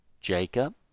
Jacob